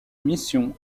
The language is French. mission